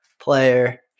player